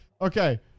okay